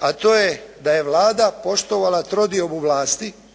a to je da je Vlada poštovala trodiobu vlasti,